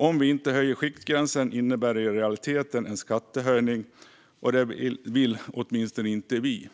Om vi inte höjer skiktgränsen innebär det i realiteten en skattehöjning, och det vill åtminstone inte vi ha.